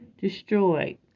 destroyed